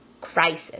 crisis